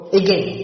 again